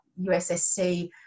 USSC